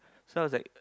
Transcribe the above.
so I was like